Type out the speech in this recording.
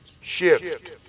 Shift